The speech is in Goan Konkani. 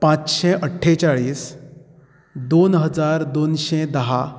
पांचशे अठ्ठेचाळीस दोन हजार दोनशें धा